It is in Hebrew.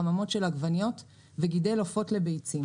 חממות של עגבניות וגידל עופות לביצים.